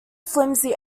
flimsy